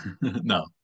No